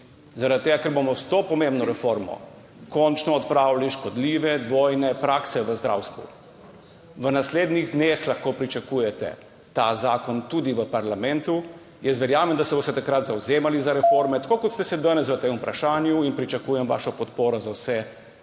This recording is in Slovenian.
Zaradi tega, ker bomo s to pomembno reformo končno odpravili škodljive dvojne prakse v zdravstvu. V naslednjih dneh lahko pričakujete ta zakon tudi v parlamentu, jaz verjamem, da se boste takrat zavzemali za reforme tako, kot ste se danes v tem vprašanju, in pričakujem vašo podporo za vse